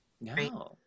No